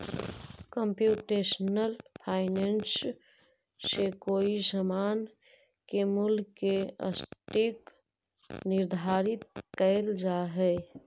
computational finance से कोई समान के मूल्य के सटीक निर्धारण कैल जा हई